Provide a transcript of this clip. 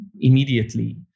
immediately